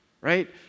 right